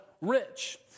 rich